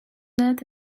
that